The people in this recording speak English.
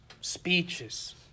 speeches